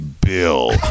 Bill